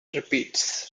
repeats